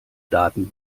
daten